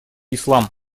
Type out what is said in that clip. ислам